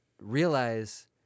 realize